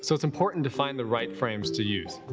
so it's important to find the right frames to use.